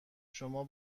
شما